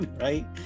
Right